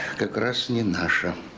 mean natasha?